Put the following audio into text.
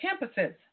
campuses